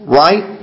right